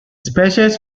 species